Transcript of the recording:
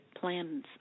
plans